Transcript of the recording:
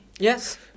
Yes